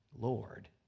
Lord